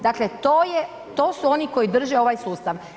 Dakle, to je, to su oni koji drže ovaj sustav.